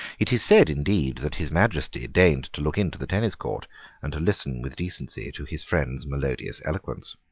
it is said, indeed, that his majesty deigned to look into the tennis court and to listen with decency to his friend's melodious eloquence.